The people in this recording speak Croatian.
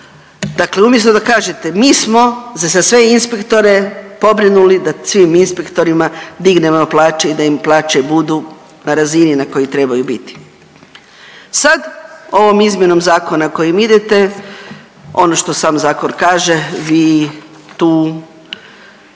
Dakle, umjesto da kažete mi smo se za sve inspektore pobrinuli da svim inspektorima dignemo plaće i da im plaće budu na razini na kojoj trebaju biti. Sad ovom izmjenom zakona kojim idete ono što sam zakon kaže mi tu